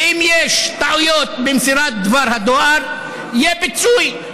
שאם יש טעויות במסירת דבר הדואר, יהיה פיצוי.